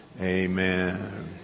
Amen